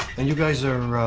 and you guys are, ahh.